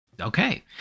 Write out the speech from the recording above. Okay